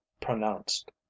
pronounced